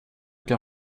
kan